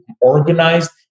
organized